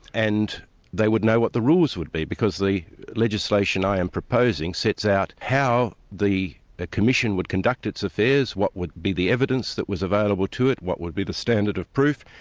and they would know what the rules would be, because the legislation i am proposing sets out how the ah commission would conduct its affairs, what would be the evidence that was available to it, what would be the standard of proof,